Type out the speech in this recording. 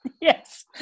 Yes